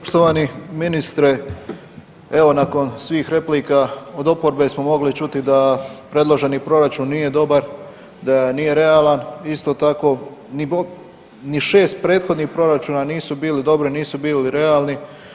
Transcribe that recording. Poštovani ministre, evo nakon svih replika od oporbe smo mogli čuti da predloženi proračun nije dobar, da nije realan, isto tako ni 6 prethodnih proračuna nisu bili dobri, nisu bili realni.